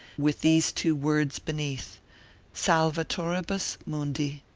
with these two words beneath salvatoribus mundi.